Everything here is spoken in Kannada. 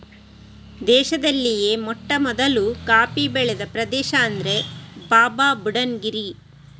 ದೇಶದಲ್ಲಿಯೇ ಮೊಟ್ಟಮೊದಲು ಕಾಫಿ ಬೆಳೆದ ಪ್ರದೇಶ ಅಂದ್ರೆ ಬಾಬಾಬುಡನ್ ಗಿರಿ